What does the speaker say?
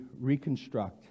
reconstruct